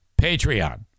Patreon